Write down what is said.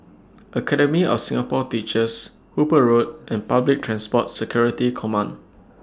Academy of Singapore Teachers Hooper Road and Public Transport Security Command